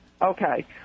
Okay